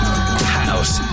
House